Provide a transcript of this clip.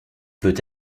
peut